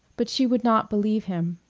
but she would not believe him.